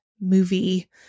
movie